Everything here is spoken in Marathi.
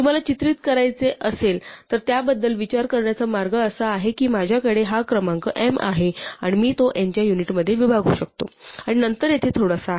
तुम्हाला चित्रित करायचे असेल तर त्याबद्दल विचार करण्याचा मार्ग असा आहे की माझ्याकडे हा क्रमांक m आहे आणि मी तो n च्या युनिटमध्ये विभागू शकतो आणि नंतर येथे थोडासा आहे